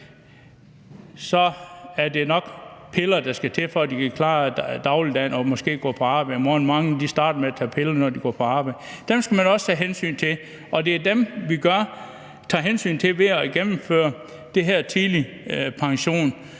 er det nok piller, der skal til, for at de kan klare dagligdagen og måske gå på arbejde næste morgen – mange starter med at tage piller, når de går på arbejde. Dem skal man også tage hensyn til, og det er dem, vi tager hensyn til ved at gennemføre det her med tidlig pension.